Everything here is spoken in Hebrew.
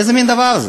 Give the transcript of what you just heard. איזה מין דבר זה?